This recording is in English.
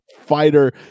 fighter